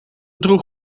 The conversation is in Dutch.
droeg